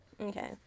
Okay